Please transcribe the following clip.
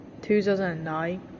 2009